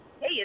Hey